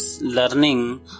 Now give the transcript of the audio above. learning